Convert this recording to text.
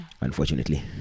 Unfortunately